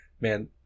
Man